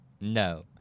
No